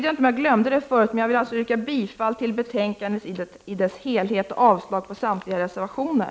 Jag yrkar bifall till utskottets hemställan i dess helhet och avslag på samtliga reservationer.